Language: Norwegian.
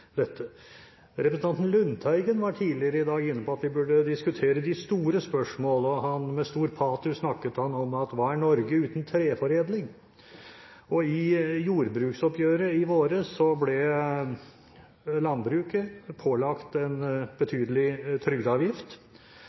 dette. Representanten Lundteigen var tidligere i dag inne på at vi burde diskutere de store spørsmålene, og med stor patos snakket han om: «Hva er Norge uten treforedling?» I jordbruksoppgjøret i vår ble landbruket pålagt en betydelig trygdeavgift,